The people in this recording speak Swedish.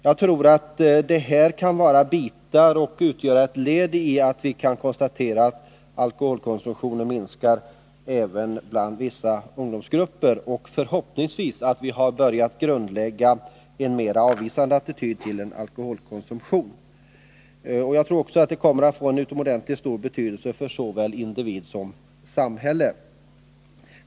Jag tror att detta kan sägas vara en av orsakerna till att vi kan konstatera att alkoholkonsumtionen minskar även bland vissa ungdomsgrupper och att vi förhoppningsvis har börjat grundlägga en mer avvisande attityd till alkoholkonsumtionen. Jag tror också att detta kommer att få en utomordentligt stor betydelse för såväl individ som samhälle.